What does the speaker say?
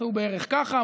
עשו בערך ככה,